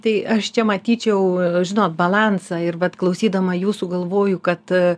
tai aš čia matyčiau žinot balansą ir vat klausydama jūsų galvoju kad